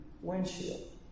windshield